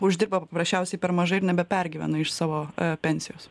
uždirba paprasčiausiai per mažai ir nebepergyvena iš savo pensijos